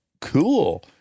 cool